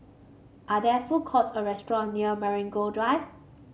are there food courts or restaurant near Marigold Drive